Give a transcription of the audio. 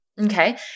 Okay